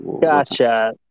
Gotcha